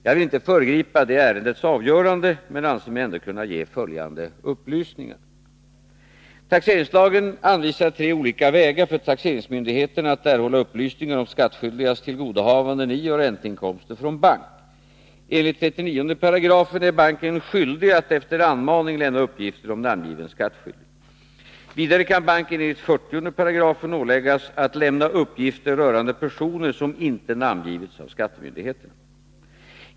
Jag vill inte föregripa det ärendets avgörande, men anser mig ändå kunna ge följande upplysningar. Taxeringslagen anvisar tre olika vägar för taxeringsmyndigheterna att erhålla upplysningar om skattskyldigas tillgodohavanden i och ränteinkomster från bank. Enligt 39 § är banken skyldig att efter anmaning lämna uppgifter om namngiven skattskyldig. Vidare kan banken enligt 40 § åläggas att lämna uppgifter rörande personer som inte namngivits av skattemyndigheterna.